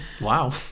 wow